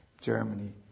Germany